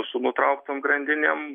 su nutrauktom grandinėm